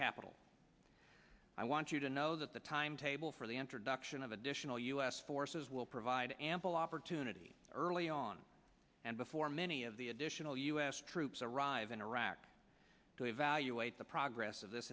capital i want you to know that the timetable for the introduction of additional u s forces will provide ample opportunity early on and before many of the additional u s troops arrive in iraq to evaluate the progress of this